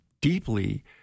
deeply